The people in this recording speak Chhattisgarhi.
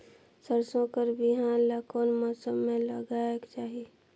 सरसो कर बिहान ला कोन मौसम मे लगायेक चाही?